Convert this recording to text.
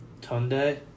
Tunde